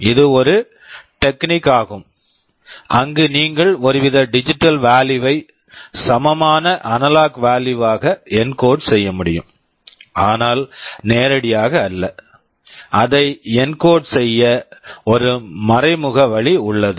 இது ஒரு technique technique ஆகும் அங்கு நீங்கள் ஒருவித டிஜிட்டல் வாலுயு digital value வை சமமான அனலாக் வாலுயு analog value வாக என்கோட் encode செய்ய முடியும் ஆனால் நேரடியாக அல்ல அதை என்கோட் encode செய்ய ஒரு மறைமுக வழி உள்ளது